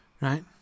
Right